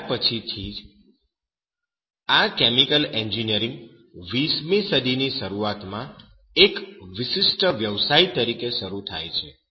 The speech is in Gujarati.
અને ત્યાર પછીથી જ આ કેમિકલ એન્જિનિયરિંગ 20 મી સદીની શરૂઆતમાં એક વિશિષ્ટ વ્યવસાય તરીકે શરૂ થાય છે